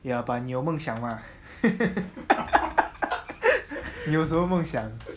ya but 你有梦想吗 你有什么梦想